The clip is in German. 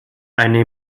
eine